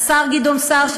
השר גדעון סער,